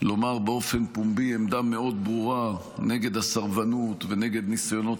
לומר באופן פומבי עמדה ברורה מאוד נגד הסרבנות ונגד ניסיונות